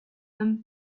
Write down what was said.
homme